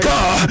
God